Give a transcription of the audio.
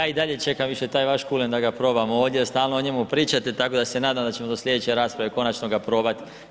Ja i dalje čekam više taj vaš kulen da ga probam ovdje, stalno o njemu pričate i tako da se nadam da ćemo do sljedeće rasprave konačno ga probati.